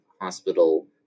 hospital